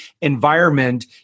environment